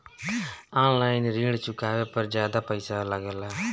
आन line ऋण चुकावे पर ज्यादा पईसा लगेला?